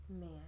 man